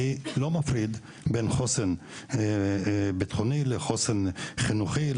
אני לא מפריד בין חוסן ביטחוני לחוסן חינוכי,